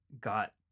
got